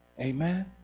Amen